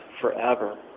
forever